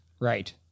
Right